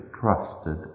trusted